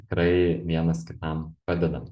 tikrai vienas kitam padedam